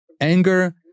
anger